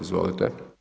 Izvolite.